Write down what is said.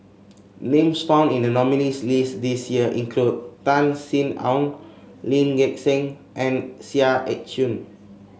names found in the nominees' list this year include Tan Sin Aun Lee Gek Seng and Seah Eu Chin